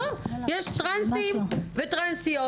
אבל יש טרנסים וטרנסיות